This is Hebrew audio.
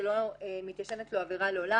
כשלא מתיישנת לו עבירה לעולם,